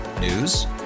News